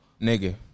Nigga